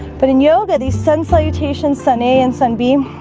but in yoga the sun salutations sunny and sunbeam